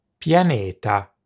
Pianeta